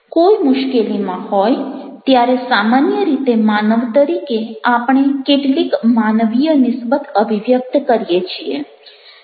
કોઈ મુશ્કેલીમાં હોય ત્યારે સામાન્ય રીતે માનવ તરીકે આપણે કેટલીક માનવીય નિસ્બત અભિવ્યક્ત કરીએ છીએ